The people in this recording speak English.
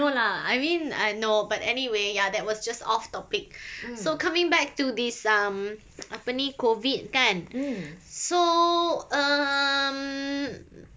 no lah I mean uh no but anyway ya that was just off topic so coming back to this um apa ni COVID kan so um